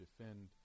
defend